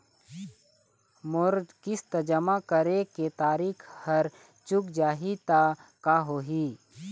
मोर किस्त जमा करे के तारीक हर चूक जाही ता का होही?